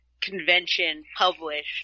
convention-published